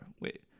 wait